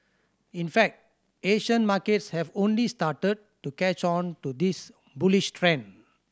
in fact Asian markets have only started to catch on to this bullish trend